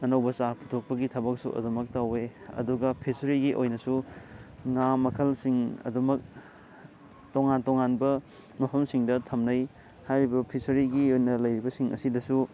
ꯑꯅꯧꯕ ꯆꯥꯔ ꯄꯨꯊꯣꯛꯄꯒꯤ ꯊꯕꯛꯁꯨ ꯑꯗꯨꯃꯛ ꯇꯧꯋꯦ ꯑꯗꯨꯒ ꯐꯤꯁꯔꯤꯒꯤ ꯑꯣꯏꯅꯁꯨ ꯉꯥ ꯃꯈꯜꯁꯤꯡ ꯑꯗꯨꯃꯛ ꯇꯣꯉꯥꯟ ꯇꯣꯉꯥꯟꯕ ꯃꯐꯝꯁꯤꯡꯗ ꯊꯝꯅꯩ ꯍꯥꯏꯔꯤꯕ ꯐꯤꯁꯔꯤꯒꯤ ꯑꯣꯏꯅ ꯂꯩꯔꯤꯕꯁꯤꯡ ꯑꯁꯤꯗꯁꯨ